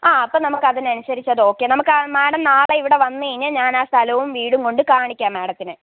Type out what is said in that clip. ആ അപ്പോൾ നമ്മൾക്ക് അതിനനുസരിച്ച് അതൊക്കെ നമുക്ക് ആ മേഡം നാളെ ഇവിടെ വന്നു കഴിഞ്ഞാൽ ഞാൻ ആ സ്ഥലവും വീടും കൊണ്ട് കാണിക്കാം മേഡത്തിനെ